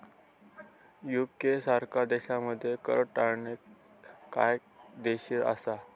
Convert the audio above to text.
UK सारख्या देशांमध्ये कर टाळणे कायदेशीर असा